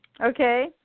Okay